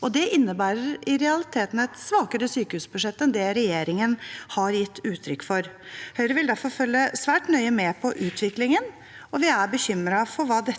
det innebærer i realiteten et svakere sykehusbudsjett enn det regjeringen har gitt uttrykk for. Høyre vil derfor følge svært nøye med på utviklingen. Vi er bekymret for hva det